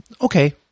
Okay